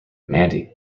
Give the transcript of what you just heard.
mandy